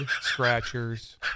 scratchers